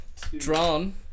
drawn